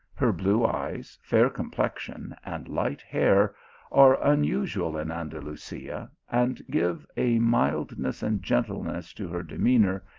her blue eyes, fair com plexion, and light hair are unusual in andalusia, and give a mildness and gentleness to her demeanour,